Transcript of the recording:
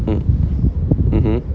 mm mmhmm